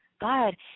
God